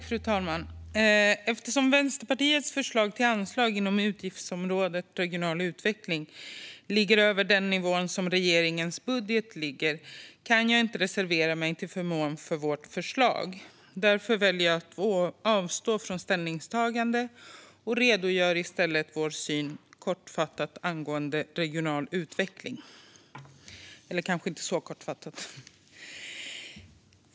Fru talman! Eftersom Vänsterpartiets förslag till anslag inom utgiftsområdet Regional utveckling ligger över den nivå som regeringens budget ligger på kan jag inte reservera mig till förmån för vårt förslag. Därför väljer jag att avstå från ställningstagande och redogör i stället kortfattat för vår syn på regional utveckling - eller det blir kanske inte så kortfattat.